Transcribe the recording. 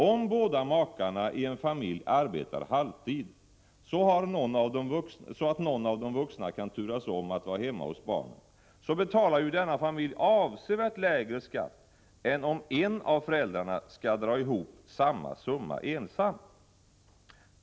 Om båda makarna i en familj arbetar halvtid, så att de kan turas om att vara hemma hos barnen, betalar denna familj avsevärt lägre skatt än om en av föräldrarna skall dra ihop samma summa ensam.